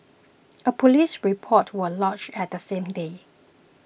a police report was lodged that same day